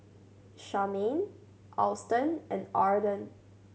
Charmaine Auston and Arden